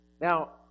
Now